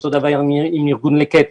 אותו דבר עם ארגונים אחרים,